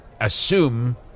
assume